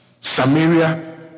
Samaria